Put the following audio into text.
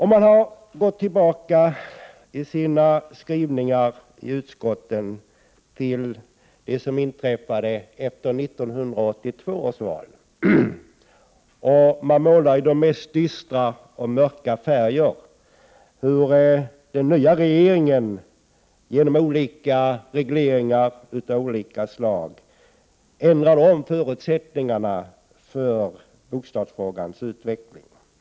Man har gått tillbaka till det som inträffade efter 1982 års val och målar i de mest dystra färger upp hur den nya regeringen genom regleringar av olika slag ändrar förutsättningarna för bostadsfrågans utveckling. Herr talman!